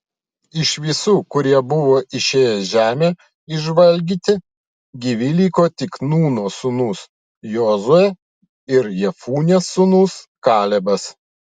iš visų kurie buvo išėję žemę išžvalgyti gyvi liko tik nūno sūnus jozuė ir jefunės sūnus kalebas